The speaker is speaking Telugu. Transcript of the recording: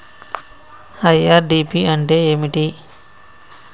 ఐ.ఆర్.డి.పి అంటే ఏమిటి?